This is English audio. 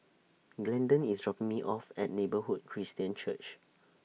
Glendon IS dropping Me off At Neighbourhood Christian Church